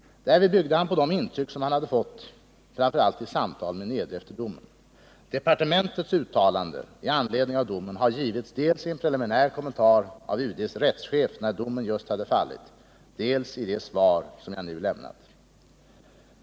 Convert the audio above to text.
Därvid byggde han på de intryck som han hade fått framför allt vid samtal med Niedre efter domen. Departementets uttalande med anledning av domen har gjorts dels i en preliminär kommentar av UD:s rättschef när domen just hade fallit, dels i det svar som jag nu lämnat.